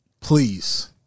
Please